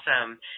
awesome